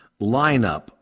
lineup